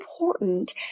important